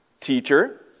teacher